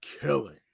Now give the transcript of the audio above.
killing